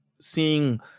seeing